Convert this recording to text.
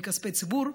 מכספי ציבור,